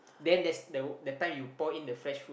then that's the the time you pour in the fresh food